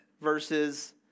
versus